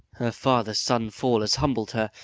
father's sudden fall has humbled her,